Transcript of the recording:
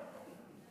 חברי הכנסת הנכבדים,